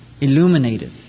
illuminated